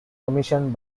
commissioned